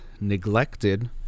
neglected